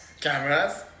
cameras